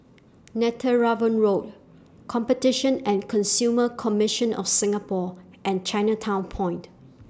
Netheravon Road Competition and Consumer Commission of Singapore and Chinatown Point